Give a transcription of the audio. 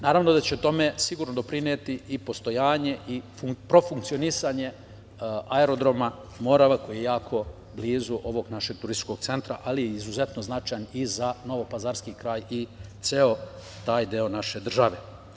Naravno da će tome sigurno doprineti i postojanje i profunkcionisanje aerodroma „Morava“ koji je jako blizu ovog našeg turističkog centra ali je izuzetno značajan i za novopazarski kraj i za ceo taj deo naše države.